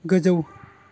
गोजौ